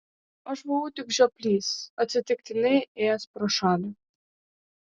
aš buvau tik žioplys atsitiktinai ėjęs pro šalį